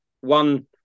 one